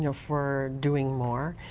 you know for doing more.